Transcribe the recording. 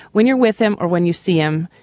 when you're with him or when you see him,